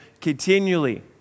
continually